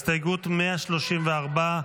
הסתייגות 134,